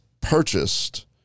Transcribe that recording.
purchased